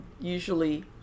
Usually